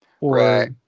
Right